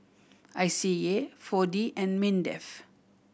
I C A Four D and MINDEF